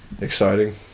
exciting